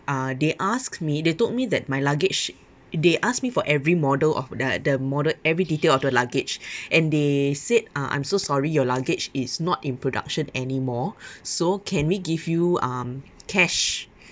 uh they asked me they told me that my luggage they ask me for every model of the the model every detail of the luggage and they said uh I'm so sorry your luggage is not in production anymore so can we give you um cash